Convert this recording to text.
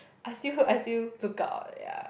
I still I still look out ya